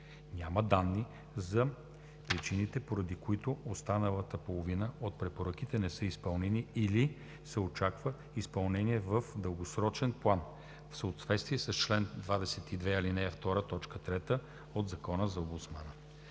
Няма данни за причините, поради които останалата половина от препоръките не са изпълнени или се очаква изпълнение в дългосрочен план – в съответствие с чл. 22, ал. 2, т. З от Закона за омбудсмана.